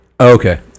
Okay